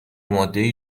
مادهای